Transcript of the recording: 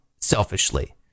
selfishly